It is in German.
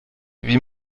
wie